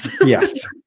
yes